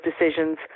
decisions